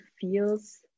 feels